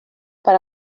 per